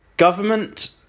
Government